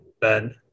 Ben